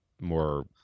more